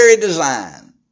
design